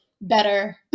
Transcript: better